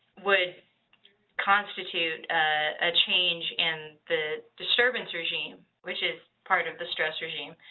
would constitute a change in the disturbance regime, which is part of the stress regime.